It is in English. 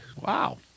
Wow